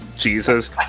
jesus